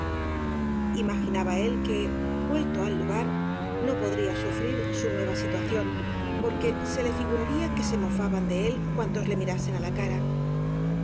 imaginaba él que vuelto al lugar no podría su frir su nueva situación porque se le figuraría que se mofaban de él cuantos le mirasen á la cara